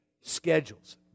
Schedules